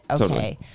Okay